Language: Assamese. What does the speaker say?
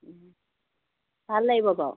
ভাল লাগিব বাৰু